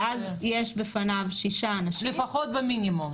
ואז יש בפניו שישה אנשים -- במינימום.